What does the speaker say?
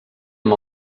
amb